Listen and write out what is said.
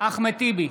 אחמד טיבי,